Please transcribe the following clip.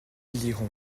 liront